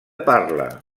parla